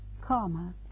karma